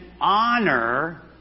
honor